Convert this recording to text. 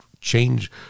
change